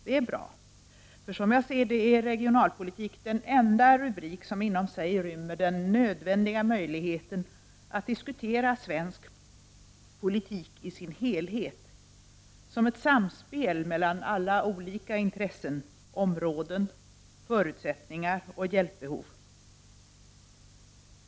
Det är bra, för som jag ser det är regionalpolitik den enda rubrik som inom sig rymmer den nödvändiga möjligheten att diskutera svensk politik i sin helhet — som ett samspel mellan olika intressen, områden, förutsättningar och hjälpbehov.